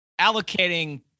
allocating